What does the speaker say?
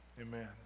Amen